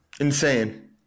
Insane